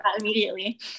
immediately